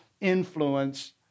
influence